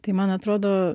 tai man atrodo